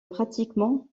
pratiquement